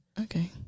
Okay